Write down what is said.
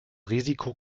risiko